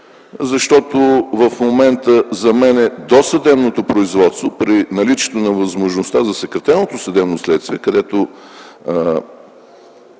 защото в момента за мен досъдебното производство при наличието на възможността за съкратеното съдебно следствие, където